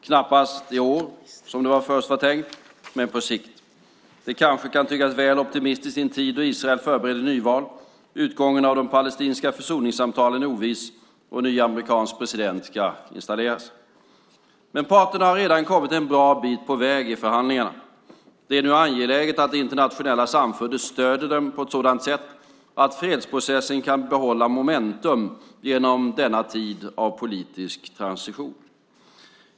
Knappast i år, som det först var tänkt, men på sikt. Det kanske kan tyckas väl optimistiskt i en tid då Israel förbereder nyval, utgången av de palestinska försoningssamtalen är oviss och en ny amerikansk president ska installeras. Men parterna har redan kommit en bra bit på väg i förhandlingarna. Det är nu angeläget att det internationella samfundet stöder dem på ett sådant sätt att fredsprocessen kan behålla momentum genom denna tid av politisk transition.